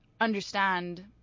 understand